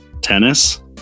Tennis